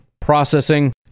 processing